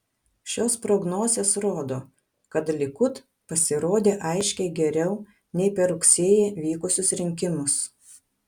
šios prognozės rodo kad likud pasirodė aiškiai geriau nei per rugsėjį vykusius rinkimus